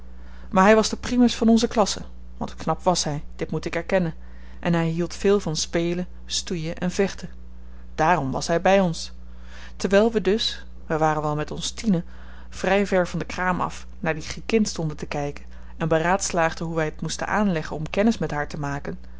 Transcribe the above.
maar hy was de primus van onze klasse want knap was hy dit moet ik erkennen en hy hield veel van spelen stoeien en vechten dààrom was hy by ons terwyl we dus we waren wel met ons tienen vry ver van de kraam af naar die griekin stonden te kyken en beraadslaagden hoe wy t moesten aanleggen om kennis met haar te maken